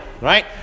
right